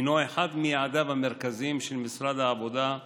הוא אחד מיעדיו המרכזיים של משרד העבודה,